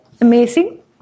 amazing